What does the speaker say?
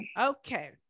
Okay